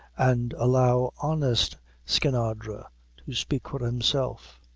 and allow honest skinadre to speak for himself.